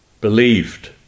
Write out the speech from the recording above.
believed